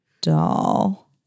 doll